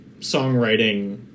songwriting